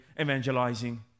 evangelizing